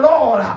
Lord